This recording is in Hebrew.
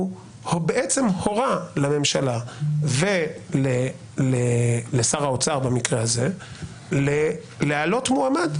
הוא הורה לממשלה ולשר האוצר במקרה הזה להעלות מועמד,